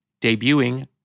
debuting